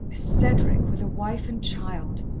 cedric with a wife and child!